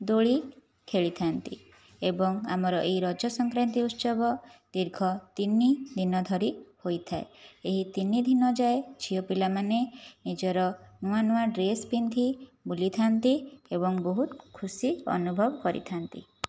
ଦୋଳି ଖେଳିଥାନ୍ତି ଏବଂ ଆମର ଏହି ରଜ ସଂକ୍ରାନ୍ତି ଉତ୍ସବ ଦୀର୍ଘ ତିନି ଦିନ ଧରି ହୋଇଥାଏ ଏହି ତିନିଦିନ ଯାଏଁ ଝିଅ ପିଲାମାନେ ନିଜର ନୂଆ ନୂଆ ଡ୍ରେସ୍ ପିନ୍ଧି ବୁଲିଥାନ୍ତି ଏବଂ ବହୁତ ଖୁସି ଅନୁଭବ କରିଥାନ୍ତି